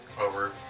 over